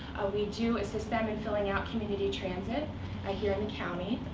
we do assist them in filling out community transit ah here in the county.